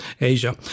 Asia